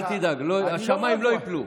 אל תדאג, השמיים לא יפלו.